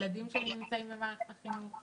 הילדים שלי נמצאים במערכת החינוך.